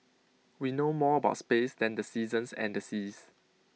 we know more about space than the seasons and the seas